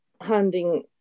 handing